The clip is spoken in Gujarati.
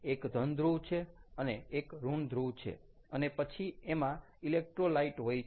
એક ધન ધ્રુવ છે અને એક ઋણ ધ્રુવ છે અને પછી એમાં ઇલેક્ટ્રોલાઈટ હોય છે